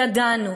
ידענו.